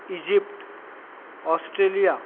Egypt Australia